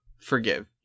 forgive